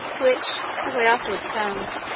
which, as i afterwards found,